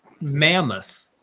mammoth